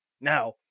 Now